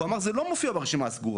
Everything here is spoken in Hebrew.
כי הוא אמר זה לא מופיע ברשימה הסגורה,